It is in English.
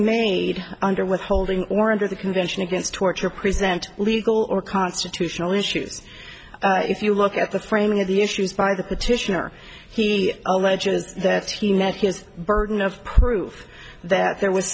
made under withholding or under the convention against torture present legal or constitutional issues if you look at the framing of the issues by the petitioner he alleges that he met his burden of proof that there was